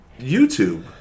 YouTube